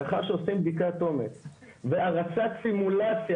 לאחר שעושים בדיקת עומק והרצת סימולציה,